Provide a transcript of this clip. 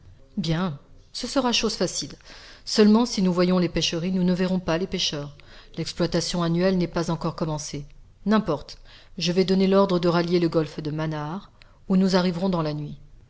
bien ce sera chose facile seulement si nous voyons les pêcheries nous ne verrons pas les pêcheurs l'exploitation annuelle n'est pas encore commencée n'importe je vais donner l'ordre de rallier le golfe de manaar où nous arriverons dans la nuit